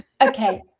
Okay